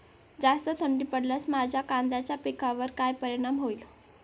जास्त थंडी पडल्यास माझ्या कांद्याच्या पिकावर काय परिणाम होईल?